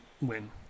win